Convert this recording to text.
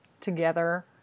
together